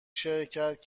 شرکت